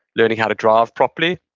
learning how to drive properly.